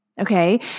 okay